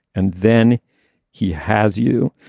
and then he has you.